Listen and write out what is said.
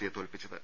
സിയെ തോൽപ്പിച്ചത്